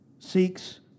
Seeks